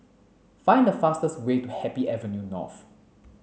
find the fastest way to Happy Avenue North